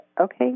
okay